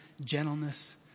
gentleness